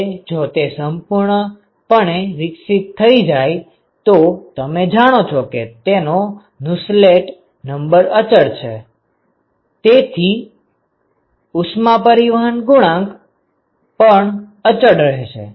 હવે જો તે સંપૂર્ણપણે વિકસિત થઈ જાય તો તમે જાણો છો કે તેનો નુસેલ્ટ નંબર અચળ છે તેથી ઉષ્મા પરિવહન ગુણાંક પણ અચળ રહેશે